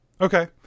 okay